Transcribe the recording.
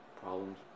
problems